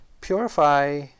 Purify